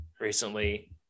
recently